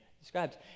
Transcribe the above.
describes